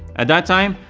at that time,